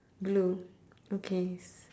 blue okay